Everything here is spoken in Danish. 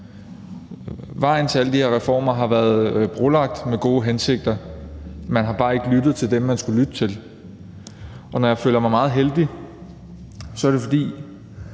Vejen til alle de her reformer har været brolagt med gode hensigter; man har bare ikke lyttet til dem, man skulle lytte til. Og når jeg føler mig meget heldig, er det, fordi